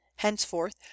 Henceforth